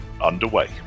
underway